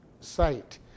site